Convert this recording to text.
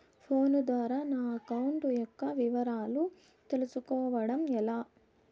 Phone ద్వారా నా account యొక్క వివరాలు తెలుస్కోవడం ఎలా?